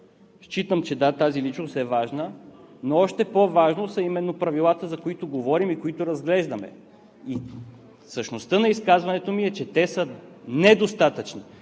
считам, че да, тази личност е важна, но още по-важни са именно правилата, за които говорим и които разглеждаме. Същността на изказването ми е, че те са недостатъчни